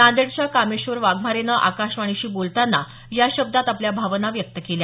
नांदेडच्या कामेश्वर वाघमारेनं आकाशवाणीशी बोलताना या शब्दांत आपल्या भावना व्यक्त केल्या